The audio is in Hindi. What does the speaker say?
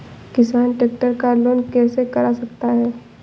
किसान ट्रैक्टर का लोन कैसे करा सकता है?